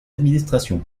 administrations